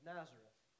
Nazareth